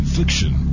fiction